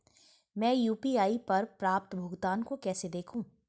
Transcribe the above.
मैं यू.पी.आई पर प्राप्त भुगतान को कैसे देखूं?